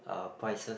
uh prices